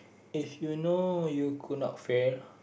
if you know you could not fail